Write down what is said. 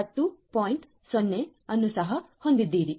0 ಅನ್ನು ಸಹ ಹೊಂದಿದ್ದೀರಿ